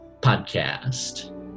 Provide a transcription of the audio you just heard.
podcast